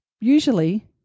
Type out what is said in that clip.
Usually